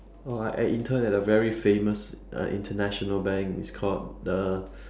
oh I intern at a very famous uh international bank it's called the